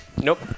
Nope